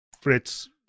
Fritz